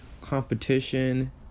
competition